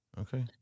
Okay